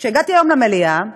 כשהגעתי היום למליאה גיליתי,